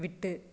விட்டு